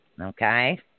Okay